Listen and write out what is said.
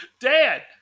dad